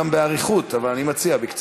אתה יכול גם באריכות, אבל אני מציע בקצרה,